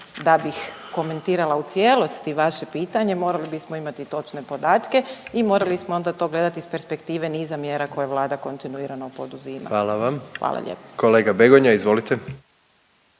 da bih komentirala u cijelosti vaše pitanje morali bismo imati i točne podatke i morali smo onda to gledati iz perspektive niza mjera koje Vlada kontinuirano poduzima. …/Upadica predsjednik: Hvala